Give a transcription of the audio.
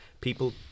people